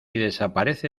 desaparece